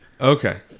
Okay